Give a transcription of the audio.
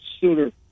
sooner